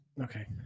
Okay